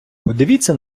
подивіться